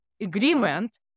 agreement